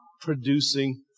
producing